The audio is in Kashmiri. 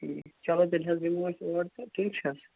ٹھیٖک چلو تیٚلہِ حظ یِمو أسۍ اور تہٕ ٹھیٖک چھا